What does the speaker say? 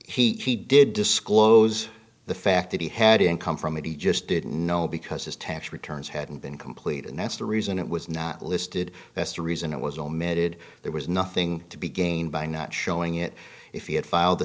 he did disclose the fact that he had income from it he just didn't know because his tax returns hadn't been complete and that's the reason it was not listed as to reason it was omitted there was nothing to be gained by not showing it if he had filed